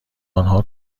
آنها